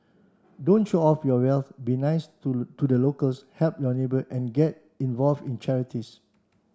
don't show off your wealth be nice to to the locals help your neighbour and get involve in charities